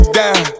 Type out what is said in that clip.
down